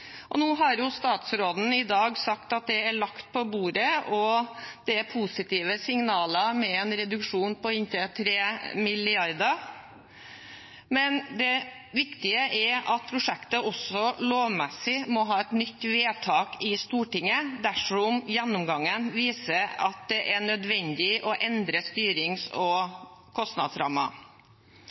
og en gjennomgang. Nå har statsråden i dag sagt at det er lagt på bordet, og det er positive signaler med en reduksjon på inntil 3 mrd. kr, men det viktige er at prosjektet også lovmessig må ha et nytt vedtak i Stortinget dersom gjennomgangen viser at det er nødvendig å endre styrings- og